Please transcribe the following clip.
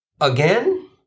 Again